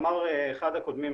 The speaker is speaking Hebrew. אמר אחד הקודמים,